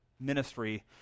ministry